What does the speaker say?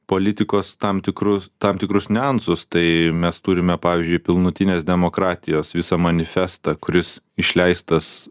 politikos tam tikrus tam tikrus niuansus tai mes turime pavyzdžiui pilnutinės demokratijos visą manifestą kuris išleistas